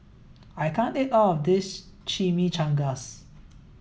I can't eat all of this Chimichangas